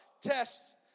tests